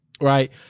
right